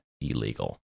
illegal